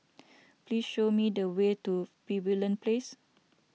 please show me the way to Pavilion Place